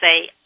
say